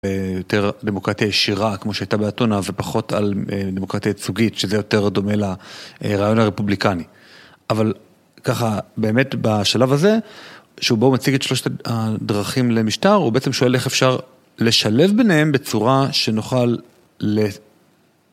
אה.. יותר דמוקרטיה ישירה, כמו שהייתה באתונה, ופחות על דמוקרטיה יצוגית, שזה יותר דומה ל.. אהה.. רעיון הרפובליקני. אבל, ככה, באמת בשלב הזה, שהוא בא ומציג את שלושת הדרכים למשטר, הוא בעצם שואל איך אפשר לשלב ביניהם בצורה שנוכל.. ל..